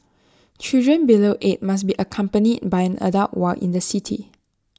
children below eight must be accompanied by an adult while in the city